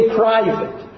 private